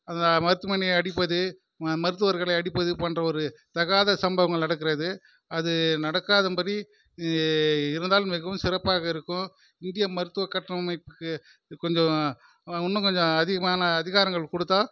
அந்த மருத்துவமனையை அடிப்பது மருத்துவர்களை அடிப்பது போன்ற ஒரு தகாத சம்பவங்கள் நடக்கிறது அது நடக்காத படி இருந்தால் மிகவும் சிறப்பாக இருக்கும் இந்திய மருத்துவ கட்டமைப்புக்கு கொஞ்சம் இன்னும் கொஞ்சம் அதிகமான அதிகாரங்கள் கொடுத்தா